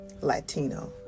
Latino